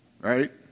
right